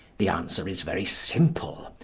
the answer is very simple.